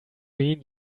mean